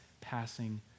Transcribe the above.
passing